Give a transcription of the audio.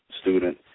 student